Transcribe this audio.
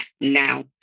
now